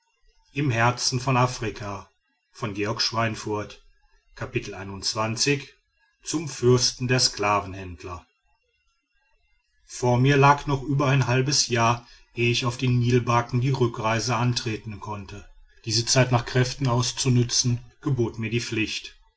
zum fürsten der sklavenhändler vor mir lag noch über ein halbes jahr ehe ich auf den nilbarken die rückreise antreten konnte diese zeit nach kräften auszunützen gebot mir die pflicht